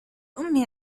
أمي